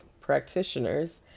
practitioners